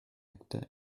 actor